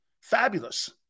fabulous